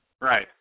Right